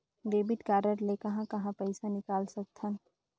Debit card ले कहां कहां पइसा निकाल सकथन?